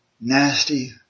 nasty